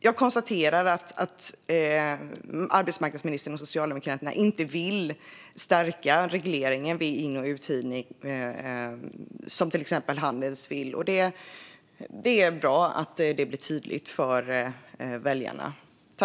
Jag konstaterar att arbetsmarknadsministern och Socialdemokraterna inte vill stärka regleringen av in och uthyrning, som till exempel Handels vill. Det är bra att detta blir tydligt för väljarna.